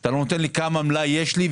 אתה לא נותן לי כמה מלאי יש לי,